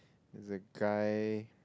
there's a guy